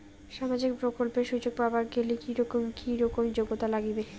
সামাজিক প্রকল্পের সুযোগ পাবার গেলে কি রকম কি রকম যোগ্যতা লাগিবে?